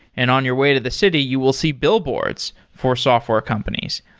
and on your way to the city, you will see billboards for software companies.